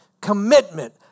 commitment